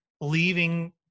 leaving